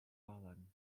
alan